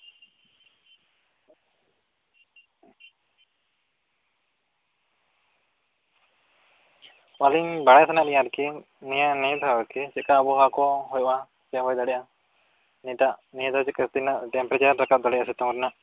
ᱟᱞᱤᱧ ᱵᱟᱲᱟᱭ ᱥᱟᱱᱟᱭᱮᱫ ᱞᱤᱧᱟᱹ ᱟᱨᱠᱤ ᱱᱤᱭᱟᱹ ᱱᱤᱭᱟᱹ ᱫᱷᱟᱣ ᱟᱨᱠᱤ ᱪᱮᱫᱞᱮᱠᱟ ᱟᱵᱚᱦᱟᱣᱟ ᱠᱚ ᱦᱩᱭᱩᱜᱼᱟ ᱥᱮ ᱦᱩᱭ ᱫᱟᱲᱮᱭᱟᱜᱼᱟ ᱱᱤᱭᱟᱹᱴᱟᱜ ᱱᱤᱭᱟᱹ ᱫᱷᱟᱣ ᱪᱮᱫᱞᱮᱠᱟ ᱛᱤᱱᱟᱹᱜ ᱴᱮᱢᱯᱟᱨᱮᱪᱟᱨ ᱨᱟᱠᱟᱯ ᱫᱟᱲᱮᱭᱟᱜᱼᱟ ᱪᱮᱛᱟᱱ ᱨᱮᱭᱟᱜ